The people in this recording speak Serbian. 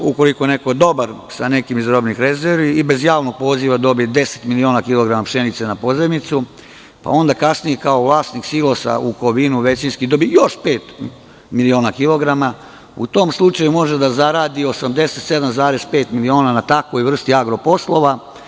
Ukoliko je neko dobar sa nekim iz robnih rezervi, i bez javnog poziva dobije 10 miliona kilograma pšenice na pozajmicu, pa onda kasnije, kao većinski vlasnik silosa u Kovinu dobije još pet miliona kilograma može da zaradi 87,5 miliona na takvoj vrsti agro poslova.